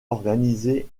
organisé